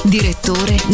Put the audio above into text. Direttore